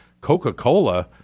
Coca-Cola